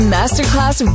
Masterclass